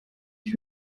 ich